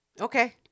Okay